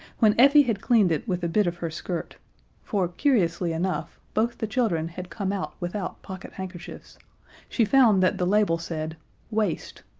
when effie had cleaned it with a bit of her skirt for curiously enough both the children had come out without pocket handkerchiefs she found that the label said waste.